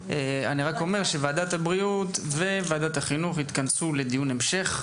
ועדת החינוך וועדת הבריאות יתכנסו לדיון המשך.